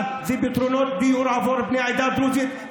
ופתרונות דיור בעבור בני העדה הדרוזית,